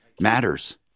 matters